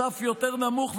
סף יותר נמוך,